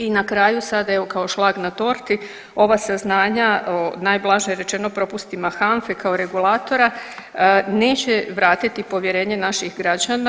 I na kraju sad evo kao šlag na torti ova saznanja o najblaže rečeno propustima HANFA-e kao regulatora neće vratiti povjerenje naših građana.